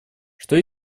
что